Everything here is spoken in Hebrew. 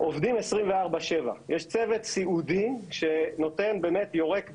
עובדים 24/7 ויש צוות סיעודי ש'יורק דם'